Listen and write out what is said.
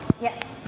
Yes